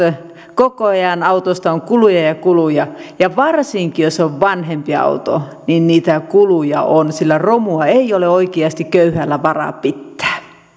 koko ajan autosta on kuluja ja ja kuluja ja varsinkin jos on vanhempi auto niitä kuluja on sillä romua ei ole oikeasti köyhällä varaa pitää